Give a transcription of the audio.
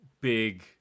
big